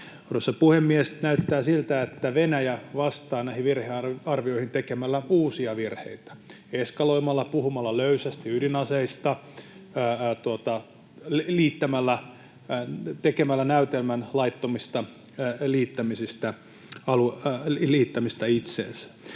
Arvoisa puhemies! Näyttää siltä, että Venäjä vastaa näihin virhearvioihin tekemällä uusia virheitä: eskaloimalla, puhumalla löysästi ydinaseista, tekemällä näytelmän laittomista alueiden liittämisistä itseensä.